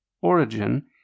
origin